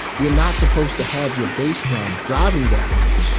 you're not supposed to have your bass drum driving that much,